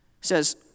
says